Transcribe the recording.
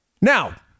Now